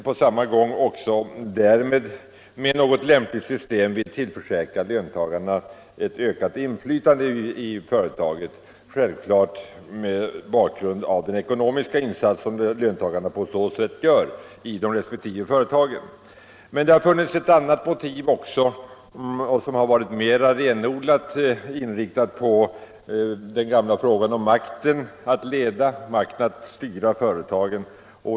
På samma gång vill man därmed genom något lämpligt system tillförsäkra löntagarna ett ökat inflytande i företaget, självklart mot bakgrund av den ekonomiska insats löntagarna på så sätt gör i resp. företag. Det har också funnits ett annat motiv som varit mera renodlat inriktat på den gamla frågan om makten, om att styra företagen.